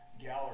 gallery